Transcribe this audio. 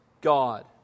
God